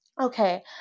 Okay